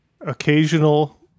occasional